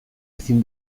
ezin